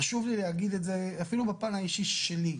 חשוב לי להגיד את זה אפילו בפן האישי שלי.